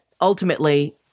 ultimately